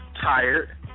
Tired